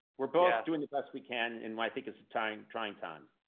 we're both doing the best we can in what i think is a trying trying time.